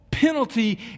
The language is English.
penalty